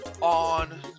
On